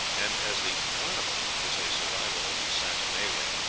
and, as the carnival is a survival of the saturnalia,